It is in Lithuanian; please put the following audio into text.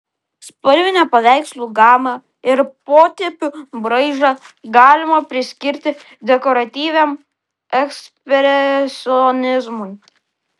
spalvinę paveikslų gamą ir potėpių braižą galima priskirti dekoratyviam ekspresionizmui